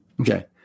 Okay